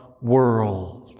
world